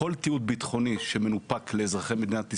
כל תיעוד ביטחוני שמנופק לאזרחי מדינת ישראל,